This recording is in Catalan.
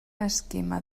esquema